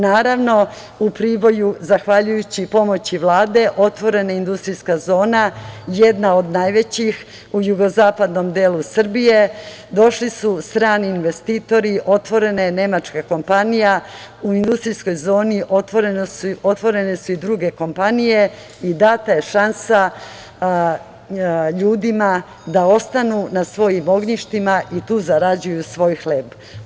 Naravno, u Priboju, zahvaljujući pomoći Vlade otvorena je industrijska zona, jedna od najvećih u jugozapadnom delu Srbije, došli su strani investitori, otvorena je nemačka kompanija u industrijskoj zoni, otvorene su i druge kompanije, i data je šansa ljudima da ostanu na svojim ognjištima i tu zarađuju svoj hleb.